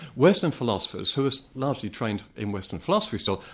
western philosophers, who are largely trained in western philosophy still,